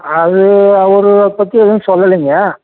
அது அவரை பற்றி ஏதுவும் சொல்லலைங்க